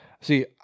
See